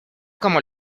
como